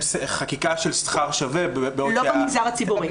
חקיקה של שכר שווה --- לא במגזר הציבורי.